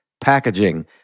packaging